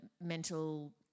mental